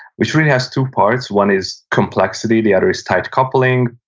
which really has two parts. one is complexity. the other is tight coupling,